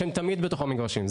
שהם תמיד בתוך המגרשים.